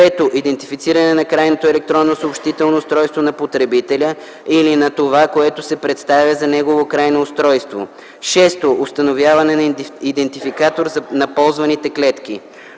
5. идентифициране на крайното електронно съобщително устройство на потребителя или на това, което се представя за негово крайно устройство; 6. установяване на идентификатор на ползваните клетки.